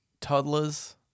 toddlers